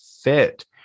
fit